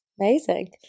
Amazing